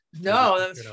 no